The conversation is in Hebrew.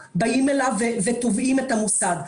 באים אליו ותובעים את המוסד.